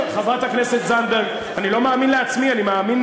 חברת הכנסת זנדברג, אני לא מאמין לעצמי, אני מאמין